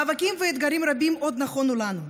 מאבקים ואתגרים רבים עוד נכונו לנו.